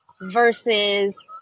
versus